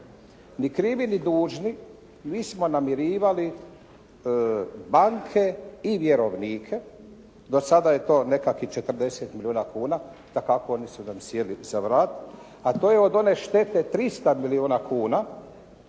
se ne razumije./… smo namirivali banke i vjerovnike, do sada je to nekakvih 40 milijuna kuna, dakako oni su nam sjeli za vrat a to je od one štete 300 milijuna kuna